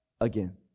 again